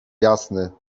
jasny